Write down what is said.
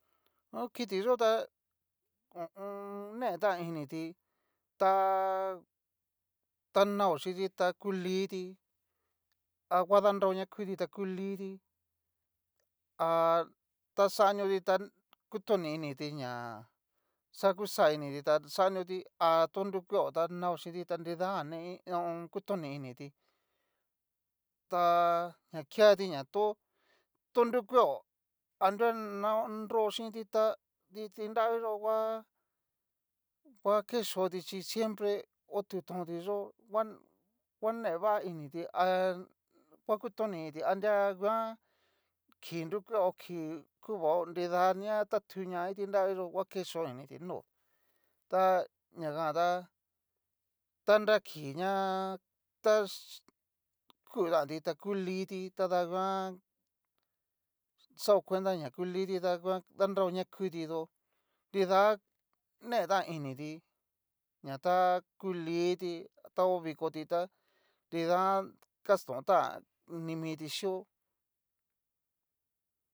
Ho kiti yo ta netan initi ta tanao chinti tá, ta ku liti a va danrao na kuti ta ku linti ha ta xanioti ta kutoni initi ña, xa kuxa initi ta xanioti ha to nrukueo ta nao chinti ta nridajan ne kutoni initi ta ña keati ña tó, to nrukueo a ña na nroxinti tá, kiti nraviyo ngua ke choti chi siempre otu konti yó ngua ne va initi a ngua kutoni initi anringuan kii nrukueo kii kuvao nidania tatu ña kiti nraviyó ngua ke cho initi nó, ta ñajan táta nra kii ña ta chi ta ku tanti ta ku linta tada nguan xao kuentaña ku linti tada danra ña kuti tu nrida netán initi ña ta ku linti ta ho viko ti ta nrida kastonta ni miti xhio.